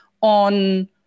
on